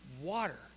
water